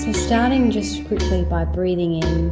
starting just quickly by breathing in.